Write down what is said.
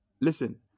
listen